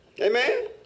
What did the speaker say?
Amen